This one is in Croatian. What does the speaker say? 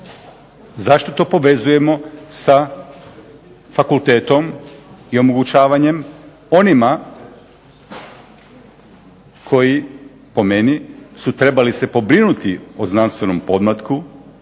Zašto to povezujemo sa fakultetom i omogućavanjem onima koji, po meni, su trebali se pobrinuti o znanstvenom pomlatku,